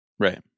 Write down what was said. Right